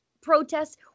protests